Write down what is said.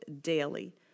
daily